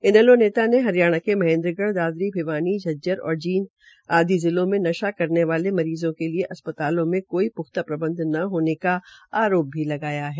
इनैलो नेता ने हरियाणा के महेन्द्रगढ़ दादारी भिवानी झजजर और जींद आदि जिलों में नशा करने वाले मरीजों के लिए अस्पतालों में कोई प्ख्ता प्रबंध न होने को आरोप भी लगाया है